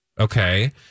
Okay